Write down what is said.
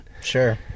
Sure